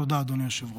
תודה, אדוני היושב-ראש.